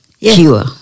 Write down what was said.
cure